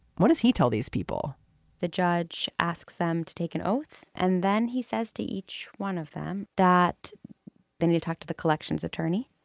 what does he tell these people the judge asks them to take an oath and then he says to each one of them that then you talk to the collection's attorney.